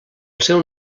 seu